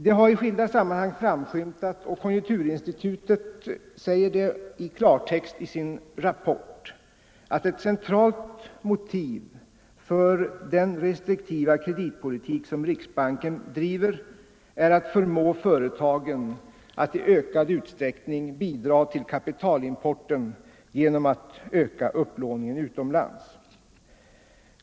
Det har i skilda sammanhang framskymtat och konjunkturinstitutet säger det i klartext i sin rapport, att ett centralt motiv för den restriktiva kreditpolitik som riksbanken driver är att förmå företagen att i ökad utsträckning bidra till kapitalimporten genom att öka upplåningen utomlands.